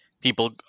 people